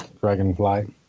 Dragonfly